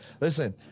Listen